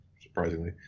surprisingly